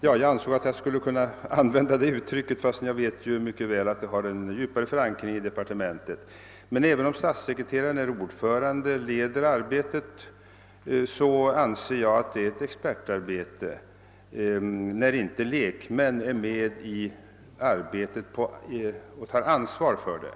Jag ansåg att jag skulle kunna använda det uttrycket fast jag mycket väl vet att det har en djupare förankring i departementet. Men även om statssekreteraren är ordförande och leder arbetet, anser jag att det är ett expertarbete när inte lekmän är med i arbetet och tar ansvar för det.